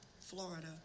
Florida